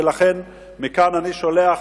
ולכן מכאן אני שולח,